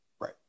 Right